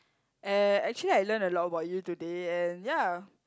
eh actually I learned a lot about you today and ya